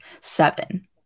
Seven